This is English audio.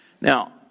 Now